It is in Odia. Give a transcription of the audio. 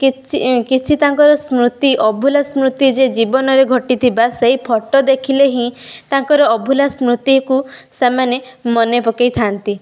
କିଛି ତାଙ୍କର ସ୍ମୃତି ଅଭୂଲା ସ୍ମୃତି ଯେ ଜୀବନର ଘଟିଥିବା ସେଇ ଫଟୋ ଦେଖିଲେ ହିଁ ତାଙ୍କର ଅଭୂଲା ସ୍ମୃତିକୁ ସେମାନେ ମନେ ପକାଇଥାନ୍ତି